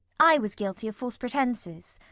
i was guilty of false pretences.